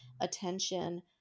attention